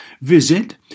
Visit